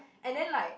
and then like